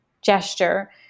gesture